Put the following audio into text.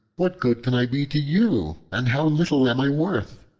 what good can i be to you, and how little am i worth?